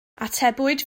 atebwyd